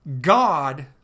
god